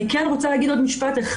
אני רוצה להגיד עוד משפט אחד.